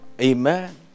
Amen